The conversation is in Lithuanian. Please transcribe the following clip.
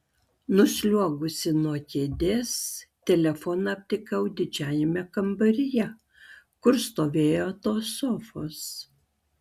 nusliuogusi nuo kėdės telefoną aptikau didžiajame kambaryje kur stovėjo tos sofos